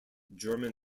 german